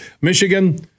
Michigan